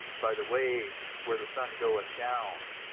by the way where the sun goeth down,